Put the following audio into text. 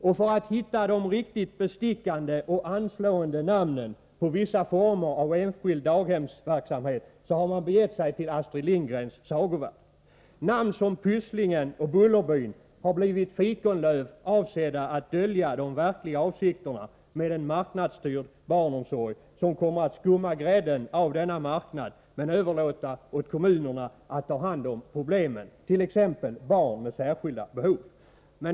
Och för att hitta de riktigt bestickande och anslående namnen på vissa former av s.k. enskild barnomsorgsverksamhet har man begett sig till Astrid Lindgrens sagovärld. Namn som Pysslingen och Bullerbyn har använts som fikonlöv, avsedda att dölja de verkliga avsikterna med en marknadsstyrd barnomsorg som kommer att skumma grädden av denna marknad men överlåta åt kommunerna att ta hand om problemen, t.ex. barn med särskilda behov.